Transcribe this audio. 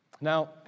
Now